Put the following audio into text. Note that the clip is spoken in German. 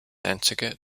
einzige